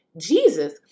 Jesus